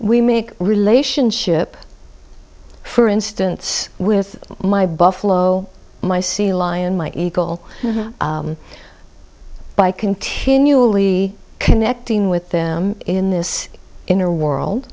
we make relationship for instance with my buffalo my sea lion my eagle by continually connecting with them in this inner world